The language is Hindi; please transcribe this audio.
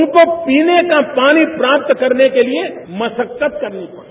उनको पीने का पानी प्राप्त करने के लिए मशक्कत करनी पड़ती है